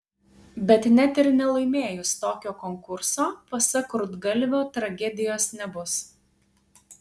bet net ir nelaimėjus tokio konkurso pasak rudgalvio tragedijos nebus